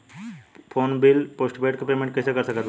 Phone bill postpaid के payment कैसे कर सकत बानी?